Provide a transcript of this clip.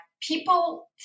people